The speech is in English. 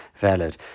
valid